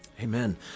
Amen